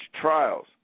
trials